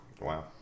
Wow